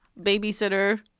Babysitter